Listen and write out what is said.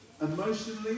Emotionally